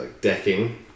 decking